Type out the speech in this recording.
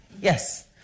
Yes